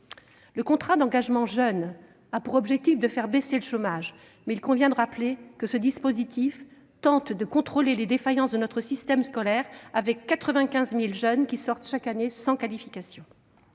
Le contrat d'engagement jeune a pour objectif de faire baisser le chômage, mais il convient de rappeler que ce dispositif tente de combler les défaillances de notre système scolaire, avec 95 000 jeunes qui sortent chaque année sans qualification.